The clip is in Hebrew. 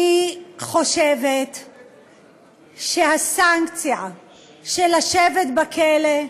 אני חושבת שהסנקציה של לשבת בכלא,